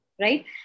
Right